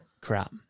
crap